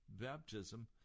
baptism